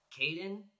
Caden